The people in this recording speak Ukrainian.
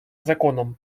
законом